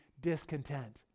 discontent